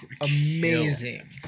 amazing